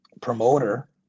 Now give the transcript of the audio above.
promoter